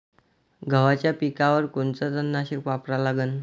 गव्हाच्या पिकावर कोनचं तननाशक वापरा लागन?